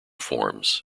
forms